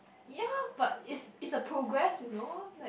ya but it's it's a progress you know